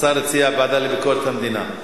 השר הציע ועדה לביקורת המדינה.